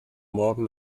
morgen